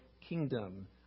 kingdom